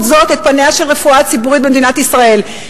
זו את פניה של הרפואה הציבורית במדינת ישראל,